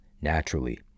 naturally